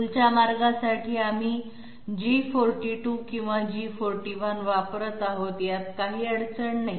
टूलच्या मार्गासाठी आम्ही G42 किंवा G41 वापरत आहोत यात काही अडचण नाही